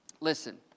Listen